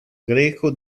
greco